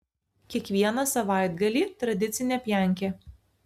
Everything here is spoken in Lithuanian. kiekvieną savaitgalį tradicinė pjankė